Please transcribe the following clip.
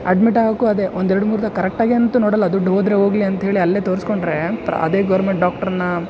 admit ಆಗೋಕ್ಕೂ ಅದೇ ಒಂದು ಎರ್ಡು ಮೂರು ದಗ ಕರೆಕ್ಟಾಗಿ ಅಂತೂ ನೋಡೋಲ್ಲ ದುಡ್ಡು ಹೋದರೆ ಹೋಗ್ಲಿ ಅಂಥೇಳಿ ಅಲ್ಲೇ ತೋರಿಸ್ಕೊಂಡ್ರೆ ಅದೇ ಗೌರ್ಮೆಂಟ್ ಡಾಕ್ಟ್ರ್ನ್ನು